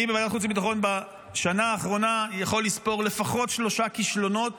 אני בוועדת החוץ והביטחון בשנה האחרונה יכול לספור לפחות שלושה כישלונות